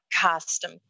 custom